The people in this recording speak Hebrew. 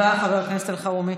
תודה רבה, חבר הכנסת אלחרומי.